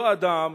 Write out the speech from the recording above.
אותו אדם,